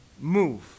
Move